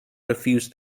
defuse